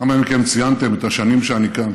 כמה מכם ציינתם את השנים שאני כאן.